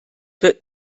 wird